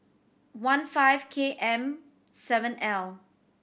one five K M seven L